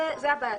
זו הבעייתיות.